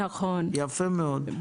יפה מאוד.